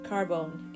Carbone